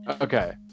Okay